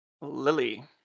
Lily